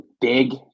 big